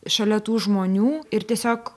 šalia tų žmonių ir tiesiog